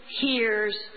hears